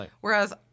Whereas